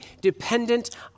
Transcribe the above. dependent